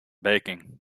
baking